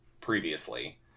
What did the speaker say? previously